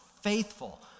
faithful